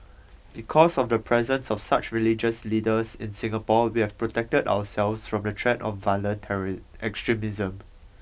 because of the presence of such religious leaders in Singapore we have protected ourselves from the threat of violent terry extremism